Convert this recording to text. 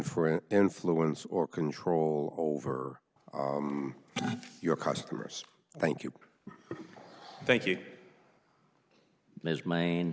for an influence or control over your customers thank you thank you ms main